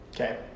Okay